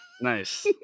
nice